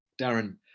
Darren